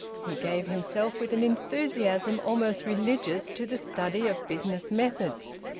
he gave himself with an enthusiasm almost religious to the study of business methods.